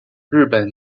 日本